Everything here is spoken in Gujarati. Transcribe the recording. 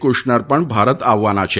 કુશનર પણ ભારત આવવાના છે